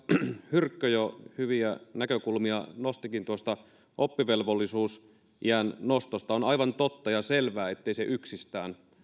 hyrkkö jo hyviä näkökulmia nostikin tuosta oppivelvollisuusiän nostosta on aivan totta ja selvää ettei se yksistään